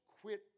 quit